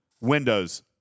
Windows